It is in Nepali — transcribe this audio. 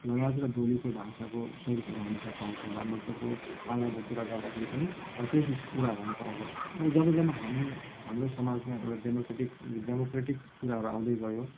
लवज र बोलीको भाषाको स्वरूपहरू हामी त्यहाँ पाउँछौँ भानुभक्तको पालाको कुरा गर्दाखेरि पनि अब त्यही किसिमको कुराहरू हामी पाउँछौँ तर जब जब हामी हाम्रो समाजमा एउटा डेमोक्रेटिक डेमोक्रेटिक कुराहरू आउँदै गयो